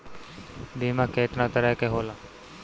बीमा केतना तरह के होला?